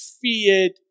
feared